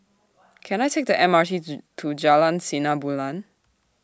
Can I Take The M R T to Jalan Sinar Bulan